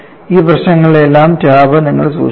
അതിനാൽ ഈ പ്രശ്നങ്ങളുടെയെല്ലാം ടാബ് നിങ്ങൾ സൂക്ഷിക്കണം